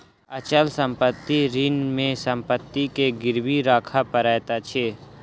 अचल संपत्ति ऋण मे संपत्ति के गिरवी राखअ पड़ैत अछि